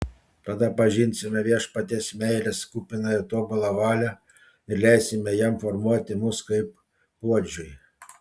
tada pažinsime viešpaties meilės kupiną ir tobulą valią ir leisime jam formuoti mus kaip puodžiui